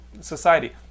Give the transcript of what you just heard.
society